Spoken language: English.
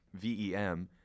VEM